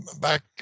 back